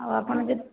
ଆଉ ଆପଣ ଯଦି